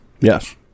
Yes